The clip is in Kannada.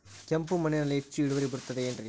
ಕೆಂಪು ಮಣ್ಣಲ್ಲಿ ಹೆಚ್ಚು ಇಳುವರಿ ಬರುತ್ತದೆ ಏನ್ರಿ?